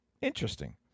Interesting